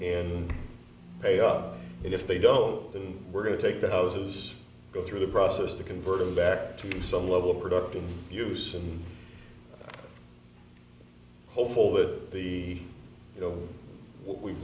and pay up if they don't then we're going to take the houses go through the process to convert a back to some level of productive use and hopeful that the you know w